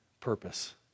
purpose